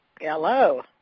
Hello